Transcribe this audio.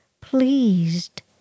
pleased